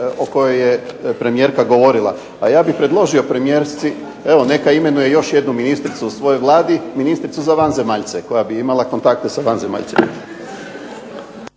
o kojoj je premijerka govorila. A ja bih predložio premijerki evo neka imenuje još jednu ministricu u svojoj Vladi – ministricu za vanzemaljce koja bi imala kontakte sa vanzemaljcima.